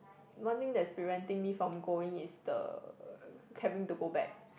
one thing that's preventing me from going is the having to go back